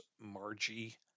Margie